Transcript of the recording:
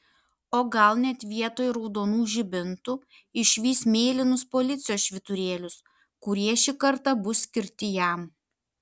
o gal net vietoj raudonų žibintų išvys mėlynus policijos švyturėlius kurie šį kartą bus skirti jam